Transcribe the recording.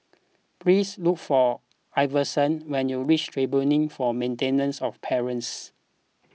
please look for Iverson when you reach Tribunal for Maintenance of Parents